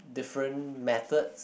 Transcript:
different methods